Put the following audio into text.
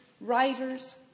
writers